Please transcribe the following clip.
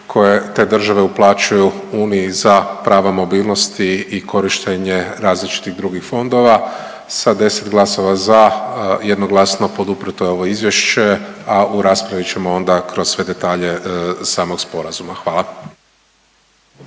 koje te države uplaćuju Uniji za prava mobilnosti i korištenje različitih drugih fondova sa 10 glasova za jednoglasno poduprijeto je ovo izvješće, a u raspravi ćemo onda kroz sve detalje samog sporazuma. Hvala.